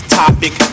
topic